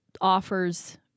offers